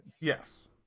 Yes